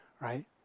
right